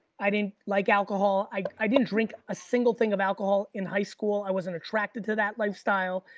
i didn't like alcohol, i i didn't drink a single thing of alcohol in high school, i wasn't attracted to that lifestyle,